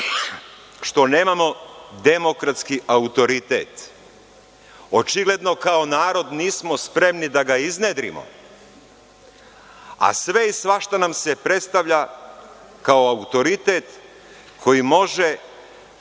što nemamo demokratski autoritet. Očigledno kao narod nismo spremni da ga iznedrimo, a sve i svašta nam se predstavlja kao autoritet koji može